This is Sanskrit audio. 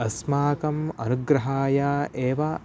अस्माकम् अनुग्रहाय एव